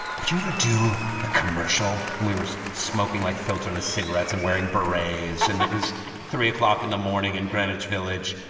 would you ever do a commercial? and we were smoking, like, filterless cigarettes and wearing berets. and it was three o'clock in the morning in greenwich village.